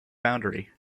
boundary